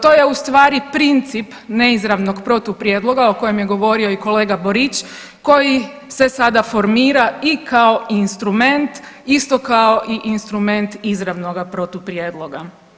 To je u stvari princip neizravnog protuprijedloga o kojem je govorio i kolega Borić koji se sada formira i kao instrument isto kao i instrument izravnoga protuprijedloga.